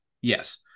Yes